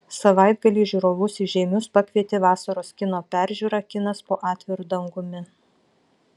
savaitgalį žiūrovus į žeimius pakvietė vasaros kino peržiūra kinas po atviru dangumi